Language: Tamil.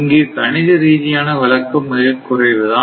இங்கு கணித ரீதியான விளக்கம் மிக குறைவு தான்